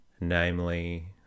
namely